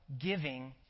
giving